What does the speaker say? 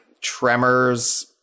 Tremors